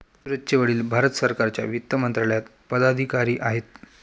सूरजचे वडील भारत सरकारच्या वित्त मंत्रालयात पदाधिकारी आहेत